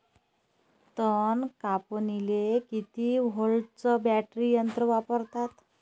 तन कापनीले किती व्होल्टचं बॅटरी यंत्र वापरतात?